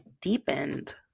deepened